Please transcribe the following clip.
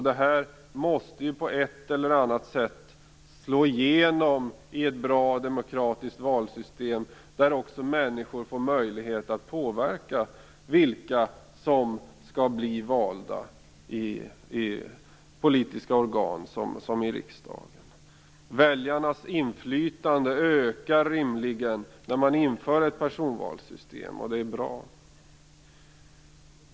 Det måste på ett eller annat sätt slå igenom i ett bra demokratiskt valsystem, där människor också får möjlighet att påverka vilka som skall bli valda till politiska organ som riksdagen. Väljarnas inflytande ökar rimligen när man inför ett personvalssystem, och det är bra.